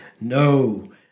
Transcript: No